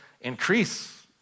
increase